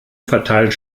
verteilt